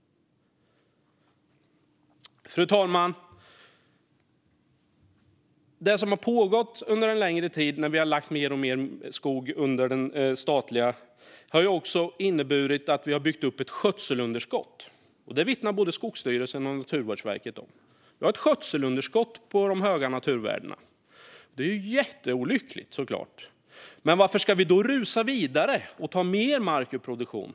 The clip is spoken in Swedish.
Fru talman! Under en längre tid har vi lagt mer och mer skog under det statliga. Det har också inneburit att vi har byggt upp ett skötselunderskott. Det vittnar både Skogsstyrelsen och Naturvårdsverket om. Vi har ett skötselunderskott i fråga om de höga naturvärdena. Det är såklart jätteolyckligt. Men varför ska vi då rusa vidare och ta mer mark ur produktion?